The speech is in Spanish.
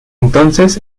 entonces